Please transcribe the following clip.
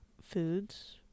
foods